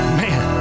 man